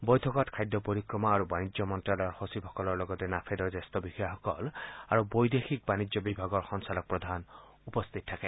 বৈঠকত খাদ্য পৰিক্ৰমা আৰু বাণিজ্য মন্ত্যালয়ৰ সচিবসকলৰ লগতে নাফেডৰ জ্যেষ্ঠ বিষয়াসকল আৰু বৈদেশিক বাণিজ্য বিভাগৰ সঞ্চালকপ্ৰধান উপস্থিত থাকে